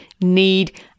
need